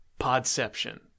Podception